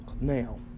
Now